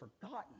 forgotten